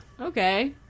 okay